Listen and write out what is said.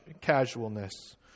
casualness